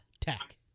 Tech